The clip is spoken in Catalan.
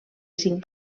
cinc